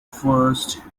first